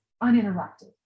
uninterrupted